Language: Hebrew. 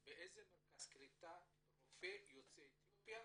באיזה מרכז קליטה היה רופא יוצא אתיופיה